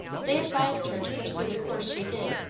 they advised her to pursue the course she did,